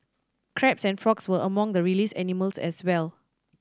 crabs and frogs were among the released animals as well